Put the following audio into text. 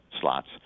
slots